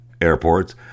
Airports